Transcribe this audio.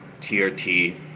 TRT